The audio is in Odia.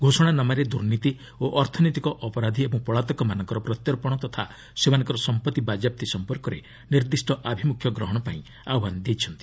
ଘୋଷଣାନାମାରେ ଦୁର୍ନୀତି ଓ ଅର୍ଥନୈତିକ ଅପରାଧି ଏବଂ ପଳାତକମାନଙ୍କ ପ୍ରତ୍ୟର୍ପଣ ତଥା ସେମାନଙ୍କର ସମ୍ପତ୍ତି ବାଜ୍ୟାପ୍ତି ସମ୍ପର୍କରେ ନିର୍ଦ୍ଦିଷ୍ଟ ଆଭିମୁଖ୍ୟ ଗ୍ରହଣ ପାଇଁ ଆହ୍ୱାନ ଦେଇଛନ୍ତି